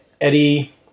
Eddie